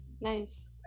nice